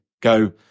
go